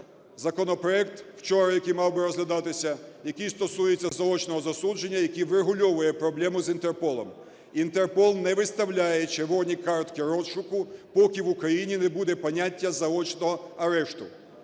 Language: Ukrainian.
законопроект, вчора який мав би розглядатися, який стосується заочного засудження, який врегульовує проблему з Інтерполом. Інтерпол не виставляє "червоні картки" розшуку, поки в Україні не буде поняття "заочного арешту".